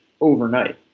overnight